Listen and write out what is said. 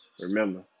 remember